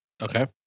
Okay